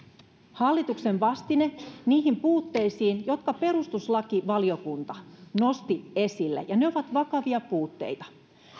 hallituksen vastine niihin puutteisiin jotka perustuslakivaliokunta nosti esille ja ne ovat vakavia puutteita